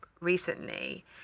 recently